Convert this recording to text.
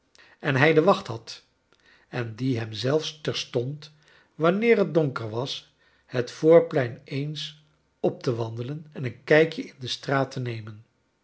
en hij de wacht had en die hem zelfs terstond wanneer het donker was het voorplein eens op te wandelen en een kijkje in de straat te nemen